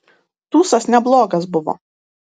tūsas neblogas buvo